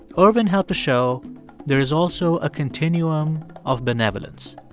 ervin helped to show there is also a continuum of benevolence.